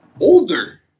older